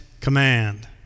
command